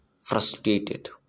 frustrated